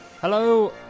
Hello